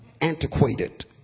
antiquated